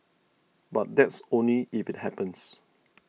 but that's only if it happens